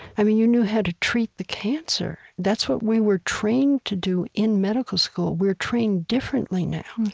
i mean, you knew how to treat the cancer. that's what we were trained to do in medical school. we're trained differently now.